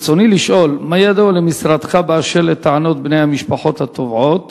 ברצוני לשאול: 1. מה ידוע למשרדך באשר לטענות בני המשפחות התובעות?